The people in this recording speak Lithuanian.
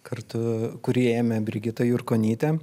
kartu kurį ėmė brigita jurkonytė